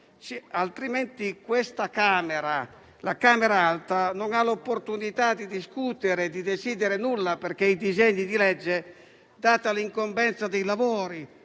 Altrimenti questa Camera, la Camera alta, non ha l'opportunità di discutere e di decidere nulla, perché i disegni di legge, data l'incombenza dei lavori